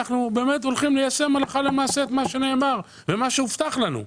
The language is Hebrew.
אנחנו באמת הולכים ליישם את מה שנאמר ואת מה שהובטח לנו,